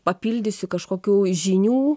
papildysiu kažkokių žinių